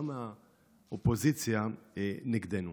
גם האופוזיציה נגדנו.